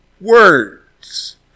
words